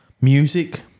music